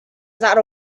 that